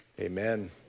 Amen